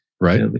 Right